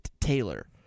Taylor